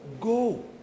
go